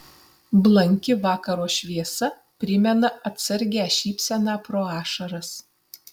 blanki vakaro šviesa primena atsargią šypseną pro ašaras